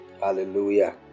hallelujah